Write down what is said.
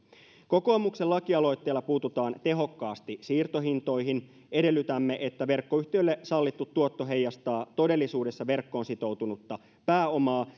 kokoomuksen lakialoitteella puututaan tehokkaasti siirtohintoihin edellytämme että verkkoyhtiöille sallittu tuotto heijastaa todellisuudessa verkkoon sitoutunutta pääomaa